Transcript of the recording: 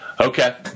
Okay